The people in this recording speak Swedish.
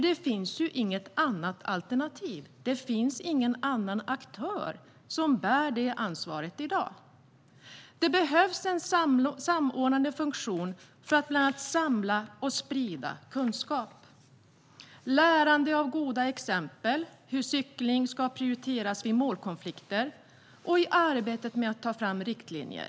Det finns inget annat alternativ. Det finns ingen annan aktör som bär det ansvaret i dag. Det behövs en samordnande funktion för att bland annat samla och sprida kunskap. Det handlar om lärande av goda exempel på hur cykling ska prioriteras vid målkonflikter och i arbetet med att ta fram riktlinjer.